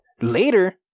Later